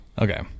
Okay